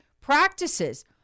practices